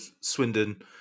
Swindon